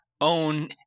own